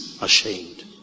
ashamed